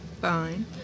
Fine